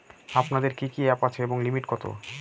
আপনাদের কি কি অ্যাপ আছে এবং লিমিট কত?